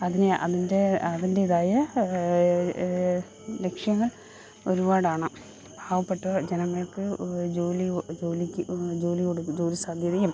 അതിന് അതിന്റെ അതിന്റേതായ ലക്ഷ്യങ്ങൾ ഒരുപാടാണ് പാവപെട്ട ജനങ്ങൾക്ക് ജോലി ജോലിക്ക് ജോലി കൊടു ജോലി സാധ്യതയും